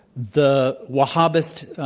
the wahhabist